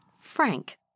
frank